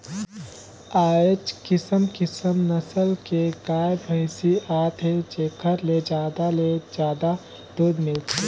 आयज किसम किसम नसल के गाय, भइसी आत हे जेखर ले जादा ले जादा दूद मिलथे